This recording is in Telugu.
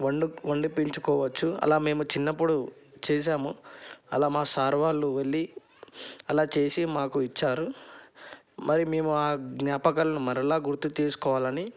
వండు వండించుకోవచ్చు అలా మేము చిన్నప్పుడు చేసాము అలా మా సార్ వాళ్ళు వెళ్ళి అలా చేసి మాకు ఇచ్చారు మరి మేము ఆ జ్ఞాపకాలని మరల గుర్తు చేసుకోవాలని